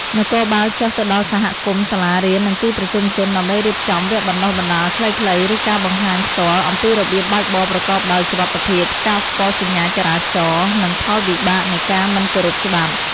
នគរបាលចុះទៅដល់សហគមន៍ សាលារៀន និងទីប្រជុំជន ដើម្បីរៀបចំ វគ្គបណ្តុះបណ្តាលខ្លីៗ ឬការបង្ហាញផ្ទាល់ អំពីរបៀបបើកបរប្រកបដោយសុវត្ថិភាព ការស្គាល់សញ្ញាចរាចរណ៍ និងផលវិបាកនៃការមិនគោរពច្បាប់។